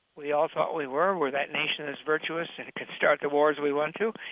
we all thought we were where that nation is virtuous and it could start the wars we want to,